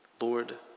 Lord